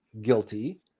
guilty